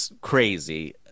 crazy